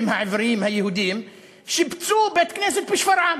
העבריים היהודים שיפצו בית-כנסת בשפרעם.